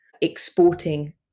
exporting